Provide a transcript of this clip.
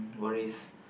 worries